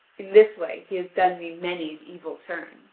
in this way he has done me many an evil turn.